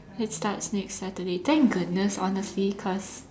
it starts next Saturday thank goodness honestly cause